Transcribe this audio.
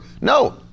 no